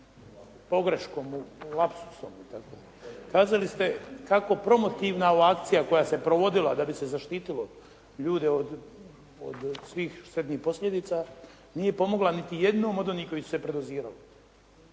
pogreškom, lapsusom. Kazali ste kako promotivna ova akcija koja se provodila da bi se zaštitilo ljude od svih štetnih posljedica nije pomogla niti jednom od onih koji su se predozirali.